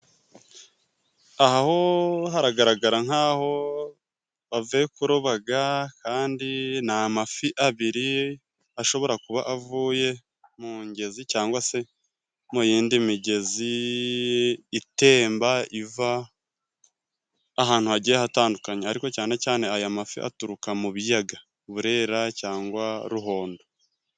Aha ho haragaragara nkaho bavuye kurobaga, kandi ni amafi abiri ashobora kuba avuye mu ngezi ,cyangwa se mu yindi migezi itemba, iva ahantu hagiye hatandukanye, ariko cyane cyane aya mafi, aturuka mu biyaga .Burera cyangwa Ruhondo.